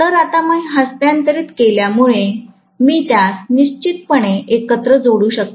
तर आता मी हस्तांतरित केल्यामुळे मी त्यास निश्चित पणे एकत्र जोडू शकते